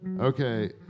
Okay